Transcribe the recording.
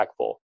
impactful